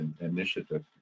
initiative